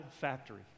factory